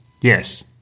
Yes